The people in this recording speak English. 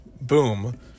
boom